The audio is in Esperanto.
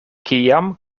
kiam